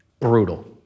brutal